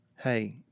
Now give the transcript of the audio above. Hey